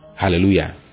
Hallelujah